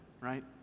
right